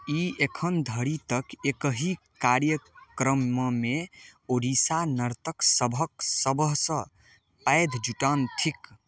ई एखन धरि तक एकहि कार्यक्रममे ओडिसा नर्तक सभक सभसँ पैघ जुटान थिक